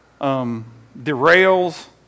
derails